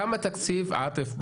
עאטף,